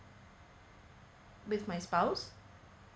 with my spouse